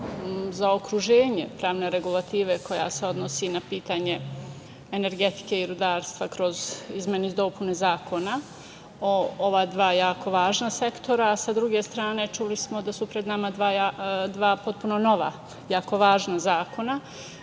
zaokruženje javne regulative koja se odnosi na pitanje energetike i rudarstva kroz izmene i dopune zakona o ova dva jako važna sektora, a sa druge strane čuli smo da su pred nama dva potpuno nova jako važna zakona.